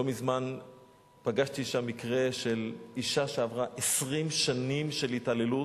לא מזמן פגשתי שם מקרה של אשה שעברה 20 שנים של התעללות.